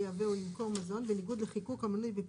ייבא או ימכור מזון בניגוד לחיקוק המנוי מכירה